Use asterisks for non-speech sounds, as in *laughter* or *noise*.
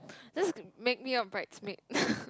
let's make me your bridesmaid *laughs*